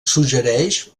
suggereix